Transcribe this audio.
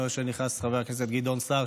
אני רואה שנכנס חבר הכנסת גדעון סער,